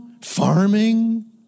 farming